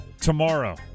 tomorrow